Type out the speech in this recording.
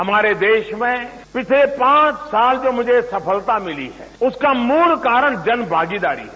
हमारे देश में पिछले पांच साल में मुझे जो सफलता मिली है उसका मूल कारण जन भागीदारी है